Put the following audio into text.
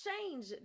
change